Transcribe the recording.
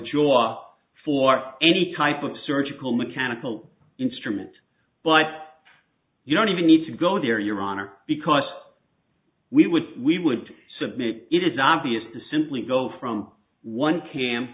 jaw for any type of surgical mechanical instrument but you don't even need to go there your honor because we would we would submit it is obvious to simply go from one ca